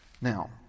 Now